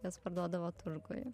jas parduodavo turguj